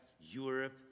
Europe